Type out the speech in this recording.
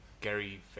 Gary